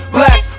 black